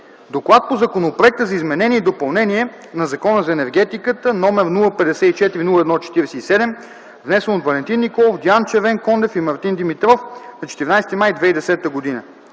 „ДОКЛАД по Законопроекта за изменение и допълнение на Закона за енергетиката, № 054-01-47, внесен от Валентин Николов, Диан Червенкондев и Мартин Димитров на 14 май 2010 г.